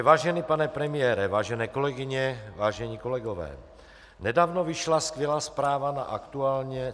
Vážený pane premiére, vážené kolegyně, vážení kolegové, nedávno vyšla skvělá zpráva na Aktuálně.